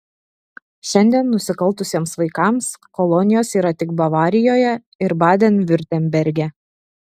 šiandien nusikaltusiems vaikams kolonijos yra tik bavarijoje ir baden viurtemberge